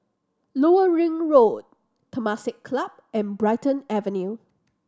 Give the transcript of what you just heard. Lower Ring Road Temasek Club and Brighton Avenue